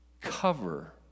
cover